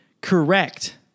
correct